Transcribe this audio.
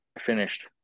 finished